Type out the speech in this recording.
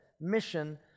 mission